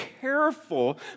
careful